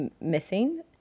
missing